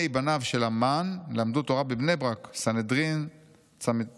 בניו של המן למדו תורה בבני ברק' (סנהדרין צ"ו,